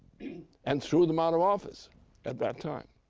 and threw them out of office at that time.